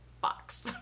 box